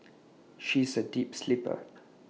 she is A deep sleeper